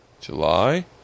July